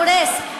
הורס.